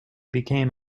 became